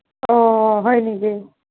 অঁ হয় নেকি